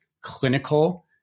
clinical